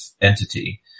entity